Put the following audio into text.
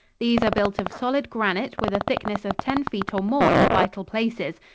these are built of solid granite with a thickness of ten feet or more in vital places,